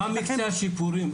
מה מקצה השיפורים?